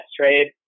trade